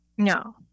No